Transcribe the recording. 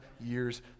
years